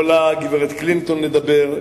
יכולה הגברת קלינטון לדבר,